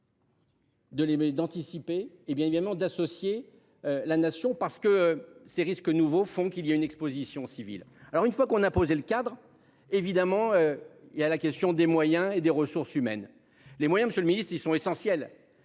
d'anticiper et bien évidemment d'associer la nation parce que ces risques nouveaux font qu'il y a une Exposition civils. Alors une fois qu'on a posé le cadre évidemment il y a la question des moyens et des ressources humaines, les moyens Monsieur le Ministre, ils sont essentiels.